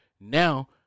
Now